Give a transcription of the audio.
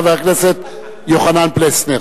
חבר הכנסת יוחנן פלסנר.